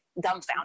dumbfounded